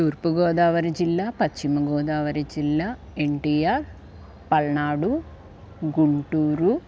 తూర్పుగోదావరి జిల్లా పశ్చిమగోదావరి జిల్లా ఎన్టీఆర్ పల్నాడు గుంటూరు